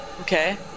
Okay